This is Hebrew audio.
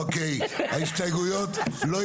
אוקיי, ההסתייגויות לא התקבלו.